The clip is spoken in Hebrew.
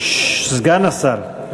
סגן השר,